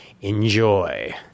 Enjoy